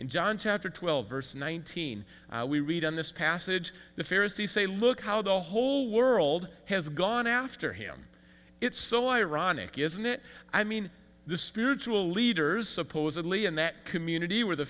in john chapter twelve verse nineteen we read in this passage the fear is the say look how the whole world has gone after him it's so ironic isn't it i mean the spiritual leaders supposedly in that community were the